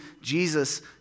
Jesus